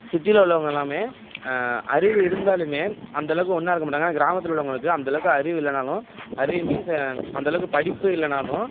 சிட்டியில உள்ளவங்க எல்லாமே அறிவு இருந்தாலுமே அந்தளவுக்கு ஒன்றா இருக்க மாட்டாங்க ஆனால் கிராமத்தில் உள்ளவங்களுக்கு அந்தளவுக்கு அறிவு இல்லைனாலும் அறிவு மீன்ஸ் அந்தளவுக்கு படிப்பு இல்லைனாலும்